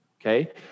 Okay